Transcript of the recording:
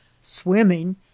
swimming